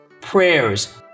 prayers